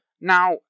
Now